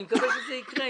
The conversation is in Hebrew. אני מקווה שזה יקרה.